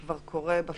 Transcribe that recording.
זה כבר קורה בפועל?